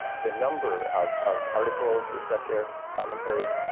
the number of of articles, your fresh air commentaries.